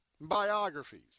biographies